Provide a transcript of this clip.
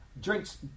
drinks